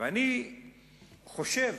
ואני חושב